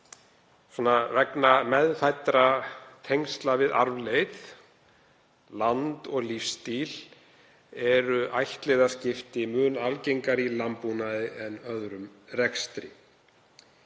vegna meðfæddra tengsla við arfleifð, land og lífsstíl eru ættliðaskipti mun algengari í landbúnaði en öðrum rekstri.